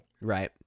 right